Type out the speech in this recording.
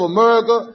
America